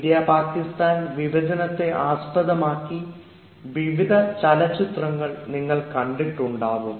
India Pakistan വിഭജനത്തെ ആസ്പദമാക്കി വിവിധ ചലച്ചിത്രങ്ങൾ നിങ്ങൾ കണ്ടിട്ടുണ്ടാവാം